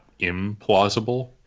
implausible